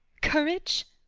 courage?